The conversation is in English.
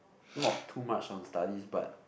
not too much on studies but